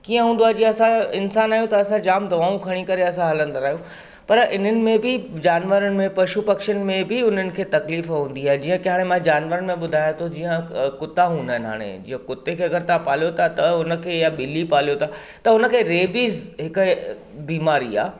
कीअं हूंदो आहे जीअं असां इन्सान आहियूं त असां जाम दवाऊं खणी करे असां हलंदड़ आहियूं पर इन्हनि में बि जानवरनि में पशु पक्षीनि में बि उन्हनि खे तकलीफ़ हूंदी आहे जीअं के हाणे मां जानवरनि में ॿुधायां थो जीअं कुता हूंदा आहिनि हाणे जीअं कुते खे अगरि तव्हां पालियो था त हुनखे या ॿिली पालियो था त हुनखे रेबीज़ हिकु बीमारी आहे